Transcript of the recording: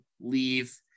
leave